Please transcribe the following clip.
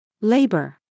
Labor